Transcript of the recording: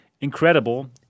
incredible